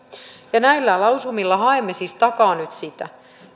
näillä lausumilla haemme takaa nyt sitä